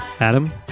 Adam